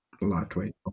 lightweight